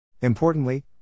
Importantly